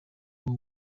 uwo